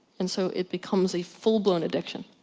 and so it becomes a full blown addiction.